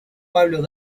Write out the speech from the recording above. pablo